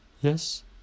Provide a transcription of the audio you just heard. Yes